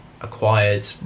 acquired